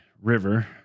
River